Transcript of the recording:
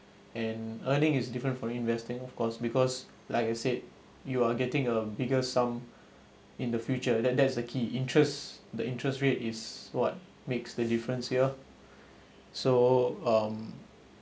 and earning is different for investing of course because like I said you are getting a bigger sum in the future that that's the key interest the interest rate is what makes the difference here so um